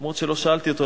אף שלא שאלתי אותו,